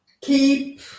keep